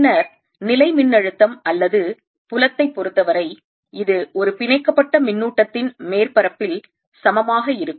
பின்னர் நிலைமின்னழுத்தம் அல்லது புலத்தை பொறுத்தவரை இது ஒரு பிணைக்கப்பட்ட மின்னூட்டத்தின் மேற்பரப்பில் சமமாக இருக்கும்